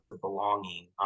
belonging